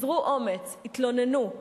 אזרו אומץ, התלוננו,